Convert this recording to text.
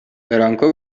برانکو